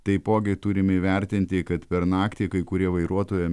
taipogi turim įvertinti kad per naktį kai kurie vairuotojai